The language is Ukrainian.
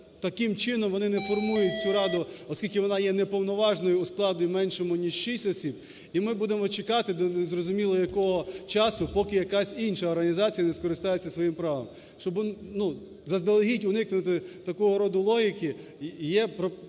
таким чином вони не формують цю раду, оскільки вона є неповноважною у складі меншому, ніж 6 осіб, і ми будемо чекати до незрозуміло якого часу, поки якась інша організація не скористається своїм правом. Щоб заздалегідь уникнути такого роду логіки є пропозиція